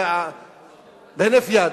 בהינף יד,